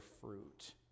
fruit